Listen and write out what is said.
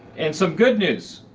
and some good news,